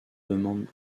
demande